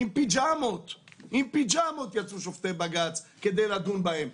עם פיג'מות יצאו שופטי בג"ץ כדי לדון בהם.